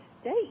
state